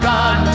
God